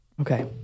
Okay